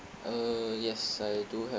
uh yes I do have